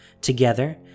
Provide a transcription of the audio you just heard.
Together